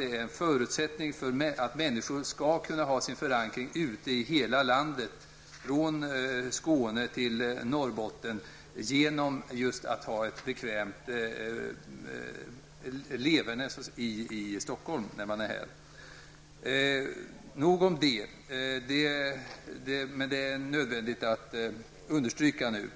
en förutsättning för att ledamöterna skall kunna ha en förankring ute i landet, från Skåne till Norrland, är att de har ett bekvämt leverne i Stockholm när de är här. Nog om detta, men det var nödvändigt att understryka detta.